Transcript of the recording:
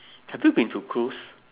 have you been to cruise